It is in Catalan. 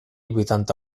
vuitanta